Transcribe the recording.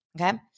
okay